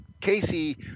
Casey